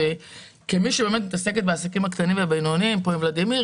כמי שמתעסקת בעסקים הקטנים והבינוניים עם ולדימיר,